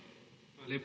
Hvala